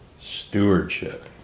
stewardship